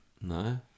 No